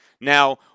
Now